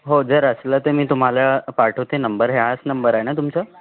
हो जर असलं तर मी तुम्हाला पाठवते नंबर हाच नंबर आहे ना तुमचं